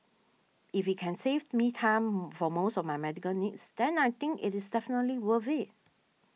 if it can save me time for most of my medical needs then I think it is definitely worth it